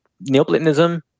Neoplatonism